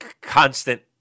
constant